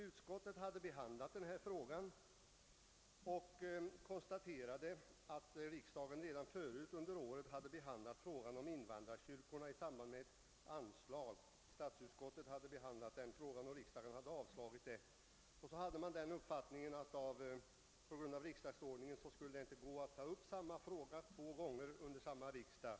Utskottet konstaterade att statsutskottet redan förut under året i samband med ett anslag hade behandlat frågan om invandrarkyrkorna och att riksdagen hade avslagit förslaget. Man hade i utskottet uppfattningen att det på grund av riksdagsordningen inte skulle gå att ta upp denna fråga två gånger under samma riksdag.